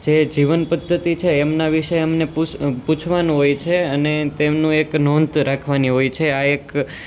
જે જીવન પદ્ધતિ છે એમના વિશે એમને પૂછ પૂછવાનું હોય છે અને તેમનું એક નોંધ રાખવાની હોય છે આ એક